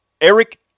Eric